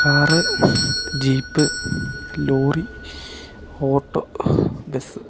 car jeep lorry auto bus